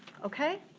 okay?